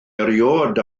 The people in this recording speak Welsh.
erioed